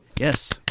Yes